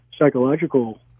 psychological